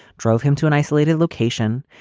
drove him to an isolated location,